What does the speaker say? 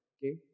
Okay